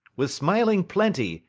with smiling plenty,